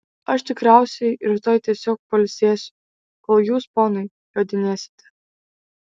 aš tikriausiai rytoj tiesiog pailsėsiu kol jūs ponai jodinėsite